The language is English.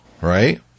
right